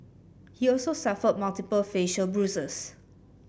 he also suffered multiple facial bruises